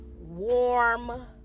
warm